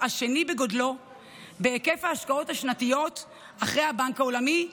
השני בגודלו ובהיקף ההשקעות השנתיות אחרי הבנק העולמי,